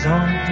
on